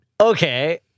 Okay